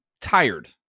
tired